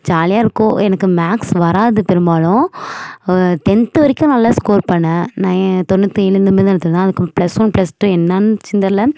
ஜாலியாக இருக்கும் எனக்கு மேக்ஸ் வராது பெரும்பாலும் டென்த்து வரைக்கும் நல்லா ஸ்கோர் பண்ணேன் நை தொண்ணூற்றி ஏழு இந்த மாரி தான் எடுத்துருந்தேன் அதுக்கு ப்ளஸ் ஒன் ப்ளஸ் டூ என்னாணுச்சுன்னு தெரில